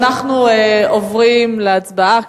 אנחנו עוברים להצבעה,